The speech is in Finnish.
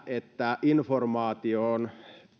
että informaatio on